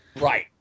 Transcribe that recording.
Right